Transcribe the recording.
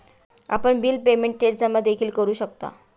आपण bill payment थेट जमा देखील करू शकता